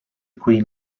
queen